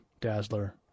Dazzler